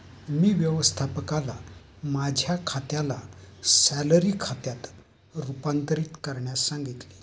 मी व्यवस्थापकाला माझ्या खात्याला सॅलरी खात्यात रूपांतरित करण्यास सांगितले